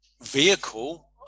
vehicle